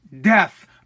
death